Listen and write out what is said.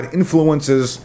influences